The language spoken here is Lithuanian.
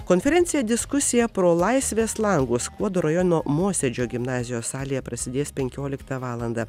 konferencija diskusija pro laisvės langus skuodo rajono mosėdžio gimnazijos salėje prasidės penkioliktą valandą